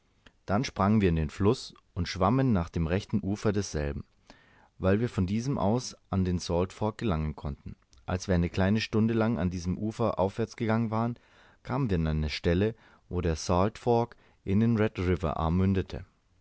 dann sprangen wir in den fluß und schwammen nach dem rechten ufer desselben weil wir von diesem aus an den salt fork gelangen konnten als wir eine kleine stunde lang an diesem ufer aufwärts gegangen waren kamen wir an die stelle wo der salt fork in den red river arm mündete